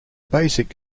basic